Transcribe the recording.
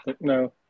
No